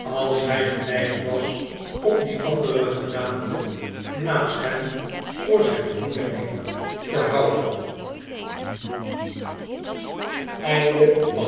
als hij geneigd was om die andere gedaante naast hem voor zijn goeden engel te houden